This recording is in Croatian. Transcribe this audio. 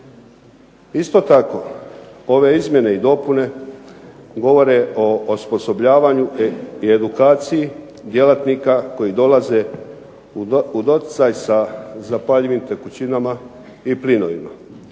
Isto tako ove izmjene i dopune govore o osposobljavanju i edukaciji djelatnika koji dolaze u doticaj sa zapaljivim tekućinama i plinovima.